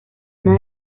ana